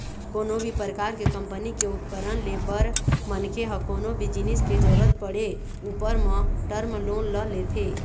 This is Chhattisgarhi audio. कोनो भी परकार के कंपनी के उपकरन ले बर मनखे ह कोनो भी जिनिस के जरुरत पड़े ऊपर म टर्म लोन ल लेथे